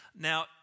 Now